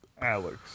Alex